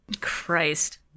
Christ